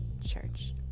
church